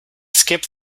skip